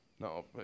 No